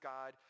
God